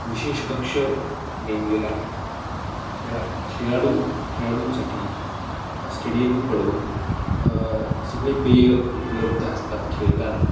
विशेष कक्ष नेमलेलं आहे खेळा खेळाडू खेळाडूंसाठी स्टेडियमकडून सगळे पेय उपलब्ध असतात खेळताना